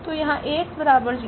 तो यहाँ𝐴𝑥 0है